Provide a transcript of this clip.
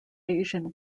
asian